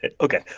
Okay